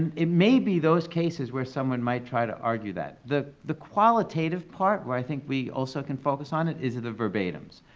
it may be those cases where someone might try to argue that. the the qualitative part, where i think we also can focus on it, is the verbatims,